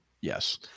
yes